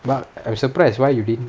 but I'm surprised why you didn't